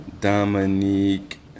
Dominique